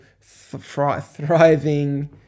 thriving